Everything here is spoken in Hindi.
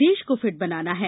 देश को फिट बनाना है